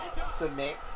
Submit